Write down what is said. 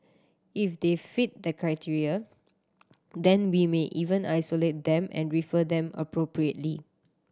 if they fit that criteria then we may even isolate them and refer them appropriately